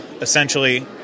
essentially